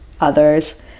others